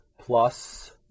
plus